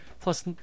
plus